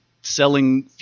selling